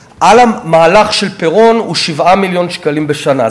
במהלך של פירון היא 7 מיליון שקלים בשנה.